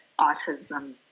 autism